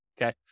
okay